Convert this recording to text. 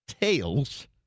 tails